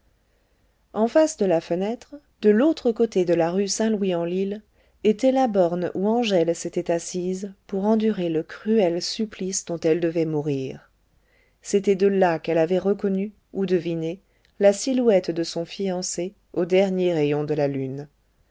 en face de la fenêtre de l'autre côté de la rue saint louis en lile était la borne où angèle s'était assise pour endurer le cruel supplice dont elle devait mourir c'était de là qu'elle avait reconnu ou deviné la silhouette de son fiancé aux derniers rayons de la lune